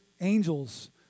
angels